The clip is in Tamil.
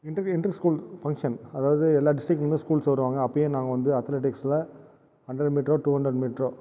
இன்டர்வியூ ஸ்கூல் ஃபங்க்ஷன் அதாவது எல்லா டிஸ்டிக்லேருந்து ஸ்கூல்ஸ் வருவாங்கள் அப்போயும் நாங்கள் வந்து அத்தலட்டிக்ஸ்ஸில் ஹன்ட்ரேட் மீட்டரோ டூ ஹன்ட்ரேட் மீட்டரோ